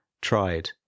tried